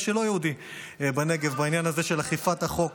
שלא יהודי בנגב בעניין הזה של אכיפת החוק